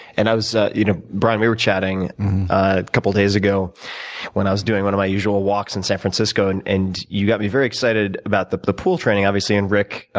and i was ah you know, brian, we were chatting a couple days ago when i was doing one of my usual walks in san francisco, and and you got me very excited about the the pool training, obviously. and rick,